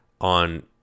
on